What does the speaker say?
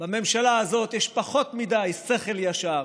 בממשלה הזאת יש פחות מדי שכל ישר